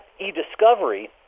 e-discovery